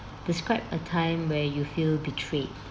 describe a time where you feel betrayed